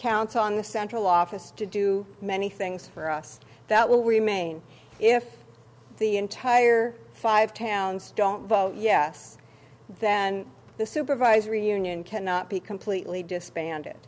count on the central office to do many things for us that will remain if the entire five towns don't vote yes then the supervisory union cannot be completely disbanded